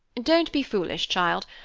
don't be foolish, child.